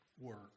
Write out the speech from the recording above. work